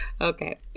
Okay